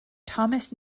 thomas